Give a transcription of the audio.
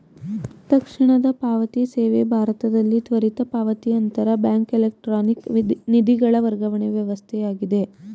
ತಕ್ಷಣದ ಪಾವತಿ ಸೇವೆ ಭಾರತದಲ್ಲಿ ತ್ವರಿತ ಪಾವತಿ ಅಂತರ ಬ್ಯಾಂಕ್ ಎಲೆಕ್ಟ್ರಾನಿಕ್ ನಿಧಿಗಳ ವರ್ಗಾವಣೆ ವ್ಯವಸ್ಥೆಯಾಗಿದೆ